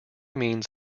means